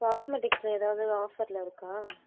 காஸ்மெட்டிக்ஸ்ல ஏதாவது ஆஃபரில் இருக்கா